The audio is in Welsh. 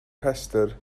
rhestr